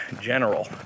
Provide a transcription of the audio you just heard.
general